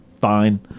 fine